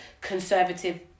conservative